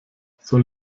soll